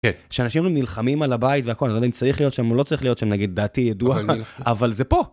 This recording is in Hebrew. כשאנשים נלחמים על הבית והכל, אני לא יודע אם צריכים להיות שם, או לא צריכים להיות שם נגיד בעתיד, אבל זה פה.